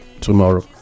tomorrow